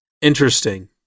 Interesting